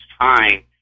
time